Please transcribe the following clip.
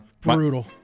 brutal